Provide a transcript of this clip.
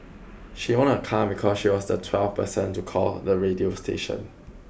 she won a car because she was the twelfth person to call the radio station